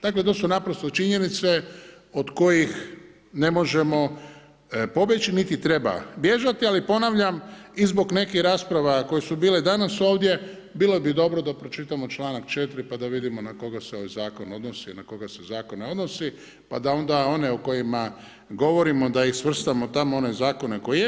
Dakle to su naprosto činjenice od kojih ne možemo pobjeći niti treba bježati, ali ponavljam i zbog nekih rasprava, koje su bile danas ovdje, bilo bi dobro da pročitamo čl. 4. pa da vidimo na koga se ovaj zakon odnosi, na koga se zakon ne odnosi, pa da onda one o kojima govorimo, da ih svrstamo tamo one zakone koje je.